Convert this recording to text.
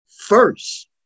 first